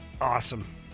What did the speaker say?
Awesome